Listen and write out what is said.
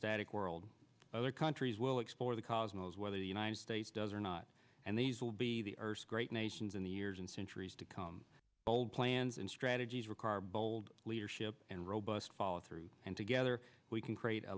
static world other countries will explore the cosmos whether the united states does or not and these will be the great nations in the years and centuries to come bold plans and strategies require bold leadership and robust follow through and together we can create a